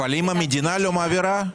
ואם המדינה לא מעבירה?